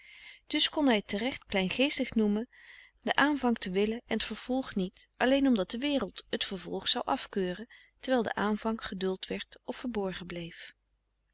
dus kon hij t terecht kleingeestig noemen den aanvang te willen en t vervolg niet alleen omdat de wereld t vervolg zou afkeuren terwijl de aanvang geduld werd of verborgen bleef